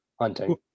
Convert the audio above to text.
hunting